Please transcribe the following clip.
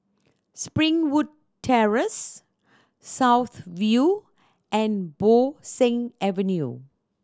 Springwood Terrace South View and Bo Seng Avenue